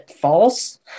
false